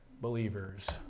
believers